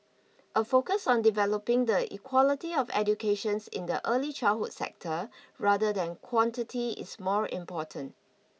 a focus on developing the equality of educations in the early childhood sector rather than quantity is more important